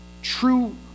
True